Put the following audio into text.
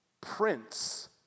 Prince